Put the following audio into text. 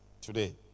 today